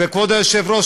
וכבוד היושב-ראש,